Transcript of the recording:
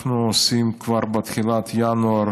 אנחנו עושים כבר בתחילת ינואר